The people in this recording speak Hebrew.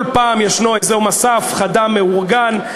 כל פעם ישנו איזה מסע הפחדה מאורגן,